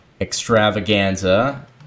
extravaganza